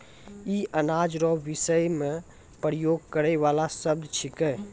ई अनाज रो विषय मे प्रयोग करै वाला शब्द छिकै